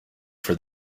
for